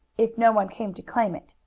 if no one came to claim it.